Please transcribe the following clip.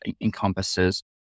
encompasses